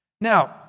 Now